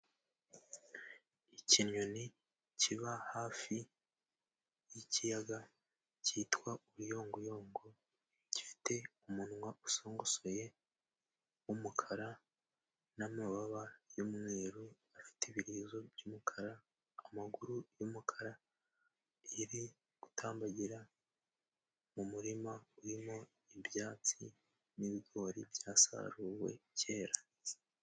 Ikinyoni kiba hafi y'ikiyaga cyitwa uruyongoyongo gifite umunwa usongosoye w'umukara, n'amababa y'umweru afite ibirizo by'umukara, amaguru y'umukara. Kiri gutambagira mu murima urimo ibyatsi n'bigori byasaruwe kera.